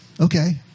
okay